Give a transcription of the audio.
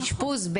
אשפוז,